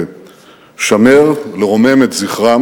לשמר ולרומם את זכרן